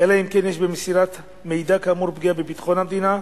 אלא אם כן יש במסירת מידע כאמור פגיעה בביטחון המדינה,